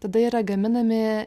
tada yra gaminami